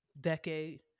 decade